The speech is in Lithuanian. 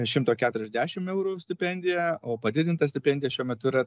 šimto keturiasdešim eurų stipendiją o padidinta stipendija šiuo metu yra